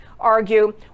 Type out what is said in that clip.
argue